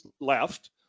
left